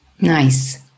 Nice